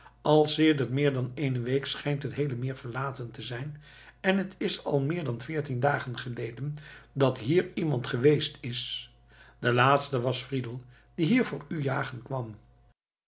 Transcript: al sedert meer dan eene week schijnt het heele meer verlaten te zijn en het is al meer dan veertien dagen geleden dat hier iemand geweest is de laatste was friedel die hier voor u jagen kwam